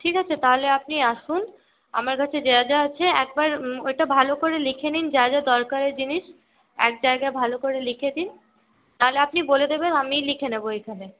ঠিক আছে তাহলে আপনি আসুন আমার কাছে যা যা আছে একবার ওইটা ভাল করে লিখে নিন যা যা দরকারের জিনিস এক জায়গায় ভালো করে লিখে দিন নাহলে আপনি বলে দেবেন আমি লিখে নেব এখানে